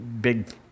big